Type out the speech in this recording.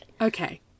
Okay